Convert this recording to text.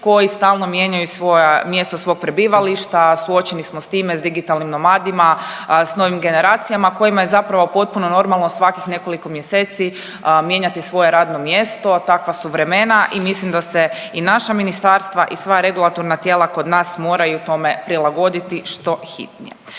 koji stalno mijenjaju mjesto svog prebivališta. Suočeni smo sa time, sa digitalnim nomadima, sa novim generacijama kojima je zapravo potpuno normalno svakih nekoliko mjeseci mijenjati svoje radno mjesto. Takva su vremena i mislim da se i naša ministarstva i sva regulatorna tijela kod nas moraju tome prilagoditi što hitnije.